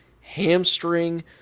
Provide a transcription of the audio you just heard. hamstring